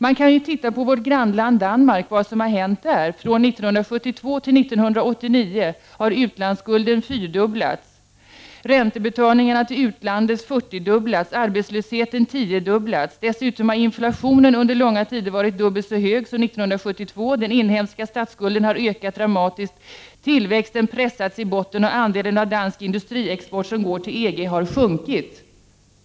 Man kan se vad som har hänt i vårt grannland Danmark. Från 1972 till 1989 har utlandsskulden fyrdubblats, räntebetalningarna till utlandet fyrtiodubblats, arbetslösheten tiodubblats, och dessutom har inflationen under lång tid varit dubbelt så hög som 1972. Den inhemska statsskulden har ökat dramatiskt, tillväxten har pressats i botten och andelen av dansk industriexport som går till EG har minskat.